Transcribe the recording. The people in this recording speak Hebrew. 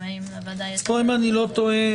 אם אני לא טועה,